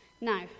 Now